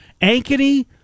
Ankeny